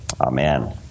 Amen